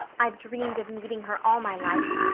i've dreamed of meeting her all my life.